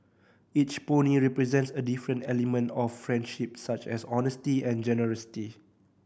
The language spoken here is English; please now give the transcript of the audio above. each pony represents a different element of friendship such as honesty and generosity